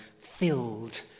filled